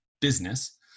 business